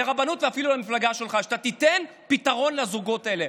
לרבנות ואפילו למפלגה שלך אם אתה תיתן פתרון לזוגות האלה,